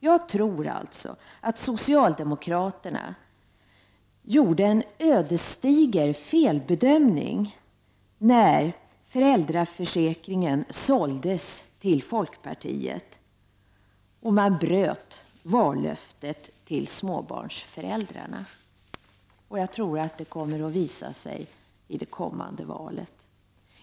Jag tror att socialdemokraterna gjorde en ödesdiger felbedömning när föräldraförsäkringen såldes till folkpartiet och man bröt vallöftet till småbarnsföräldrarna. Jag tror att det kommer att visa sig i det kommande valet.